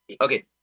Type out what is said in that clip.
Okay